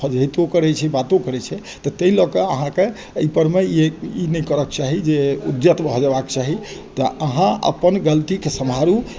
फझैतो करै छै बातो करै छै तऽ ताहि लऽ कऽ अहाँके एहिपरमे ई ई नहि करऽके चाही जे उद्यत भऽ जएबाके चाही तऽ अहाँ अपन गलतीके सम्हारू